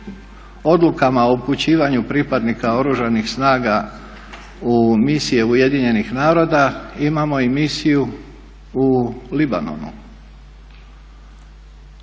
odlukama o upućivanju pripadnika Oružanih snaga u misije UN-a imamo i misiju u Libanonu.